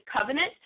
covenant